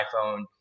iPhone